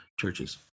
churches